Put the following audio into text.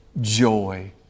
joy